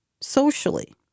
socially